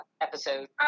episode